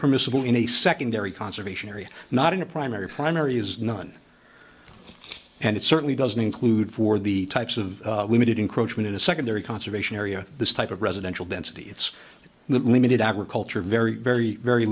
permissible in a secondary conservation area not in a primary primary is not and it certainly doesn't include for the types of limited encroachments secondary conservation area this type of residential density it's limited agriculture very very very